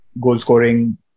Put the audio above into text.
goal-scoring